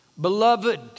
Beloved